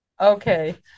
okay